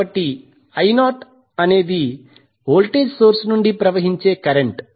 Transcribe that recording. కాబట్టిI0 అనేది voltage source నుండి ప్రవహించే కరెంట్